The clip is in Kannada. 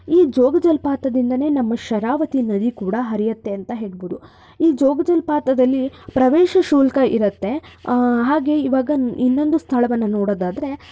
ಈ ಜೋಗ ಜಲಪಾತದಿಂದಾನೇ ನಮ್ಮ ಶರಾವತಿ ನದಿ ಕೂಡ ಹರಿಯತ್ತೆ ಅಂತ ಹೇಳ್ಬೋದು ಈ ಜೋಗ ಜಲಪಾತದಲ್ಲಿ ಪ್ರವೇಶ ಶುಲ್ಕ ಇರತ್ತೆ ಹಾಗೆ ಈವಾಗ ಇನ್ನೊಂದು ಸ್ಥಳವನ್ನು ನೋಡೋದಾದ್ರೆ